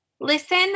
Listen